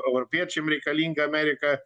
europiečiam reikalinga amerika